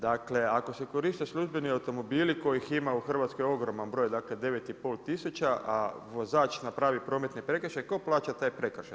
Dakle, ako se koriste službeni automobili, kojih ima u Hrvatskoj ogroman broj, dakle 9500 a vozač napravi prometni prekršaj, tko plaća taj prekršaj?